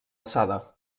alçada